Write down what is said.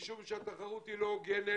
משום שהתחרות היא לא הוגנת.